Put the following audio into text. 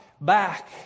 back